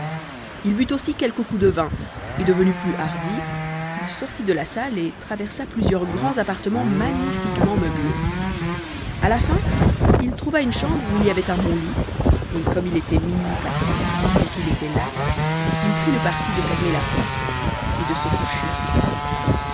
il but aussi quelques coups de vin et devenu plus hardi il sortit de la salle et traversa plusieurs grands appartemens magnifiquement meublés à la fin il trouva une chambre où il y avait un bon lit et comme il était minuit passé et qu'il était las il prit le parti de fermer la porte et de se coucher